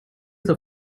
the